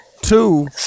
Two